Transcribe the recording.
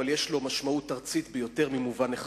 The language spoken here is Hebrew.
אבל יש לו משמעות ארצית ביותר ממובן אחד.